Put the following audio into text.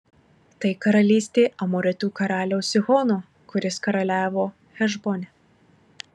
tai karalystė amoritų karaliaus sihono kuris karaliavo hešbone